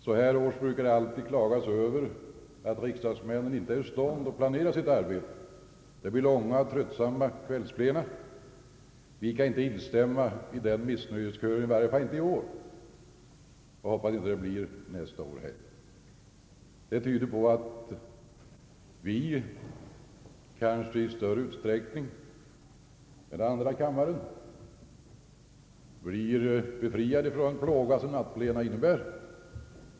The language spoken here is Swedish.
Så här års brukar det alltid klagas över att riksdagsmännen inte är i stånd att planera sitt arbete och att det blir långa och tröttsamma kvällsplena, Vi kan inte instämma i den missnöjeskören, åtminstone inte i år, och jag hoppas att så inte heller blir fallet nästa år. Detta tyder på att vi kanske i större utsträckning än andra kammarens ledamöter blir befriade från den plåga som nattplena innebär.